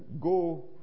go